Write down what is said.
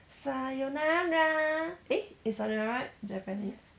sayonara eh is sayonara japanese